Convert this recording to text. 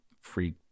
free